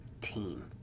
team